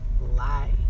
Lie